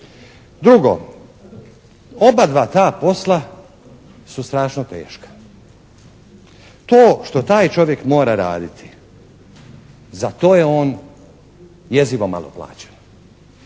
Drugo. Oba dva ta posla su strašno teška. To što taj čovjek mora raditi za to je on jezivo malo plaćen.